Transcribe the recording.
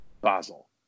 Basel